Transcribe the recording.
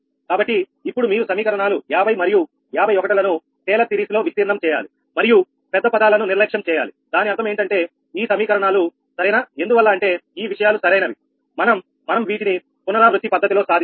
కాబట్టి ఇప్పుడు మీరు సమీకరణాలు 50 మరియు 51 లను టేలర్ సిరీస్ లో విస్తీర్ణం చేయాలి మరియు పెద్ద పదాలను నిర్లక్ష్యం చేయాలి దాని అర్థం ఏంటంటే ఈ సమీకరణాలు సరేనా ఎందువల్ల అంటే ఈ విషయాలు సరైనవి మనం మనం వీటిని పునరావృత్తి పద్ధతిలో సాధించాలి